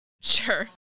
Sure